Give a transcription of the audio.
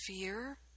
fear